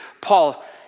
Paul